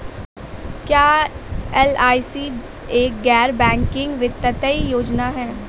क्या एल.आई.सी एक गैर बैंकिंग वित्तीय योजना है?